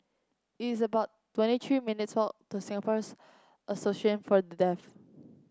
it's about twenty three minutes' walk to Singapore's Association For The Deaf